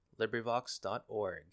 LibriVox.org